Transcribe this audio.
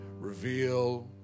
reveal